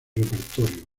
repertorio